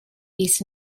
fis